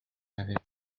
l’avais